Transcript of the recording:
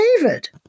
David